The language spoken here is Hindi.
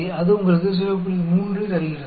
तो यह आपको 03 देता है